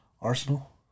Arsenal